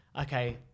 okay